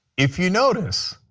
if you notice,